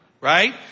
Right